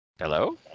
hello